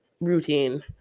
routine